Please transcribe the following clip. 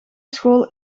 school